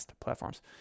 platforms